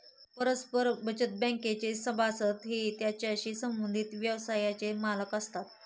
परस्पर बचत बँकेचे सभासद हे त्याच्याशी संबंधित व्यवसायाचे मालक असतात